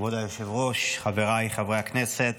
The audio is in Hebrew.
כבוד היושב-ראש, חבריי חברי הכנסת,